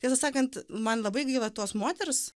tiesą sakant man labai gaila tos moters